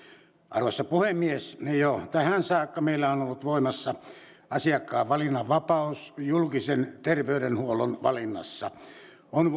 arvoisa puhemies jo tähän saakka meillä on ollut voimassa asiakkaan valinnanvapaus julkisen terveydenhuollon valinnassa on